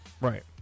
Right